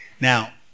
Now